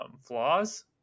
flaws